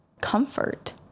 comfort